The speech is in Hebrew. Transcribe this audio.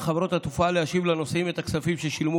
על חברות התעופה להשיב לנוסעים את הכספים ששילמו